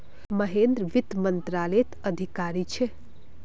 महेंद्र वित्त मंत्रालयत अधिकारी छे